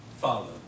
follow